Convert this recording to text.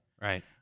Right